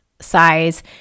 size